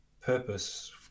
purpose